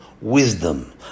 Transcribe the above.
wisdom